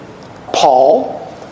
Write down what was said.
Paul